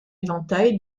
éventail